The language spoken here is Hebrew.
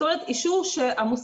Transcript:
זאת אומרת, אישור שהמוסך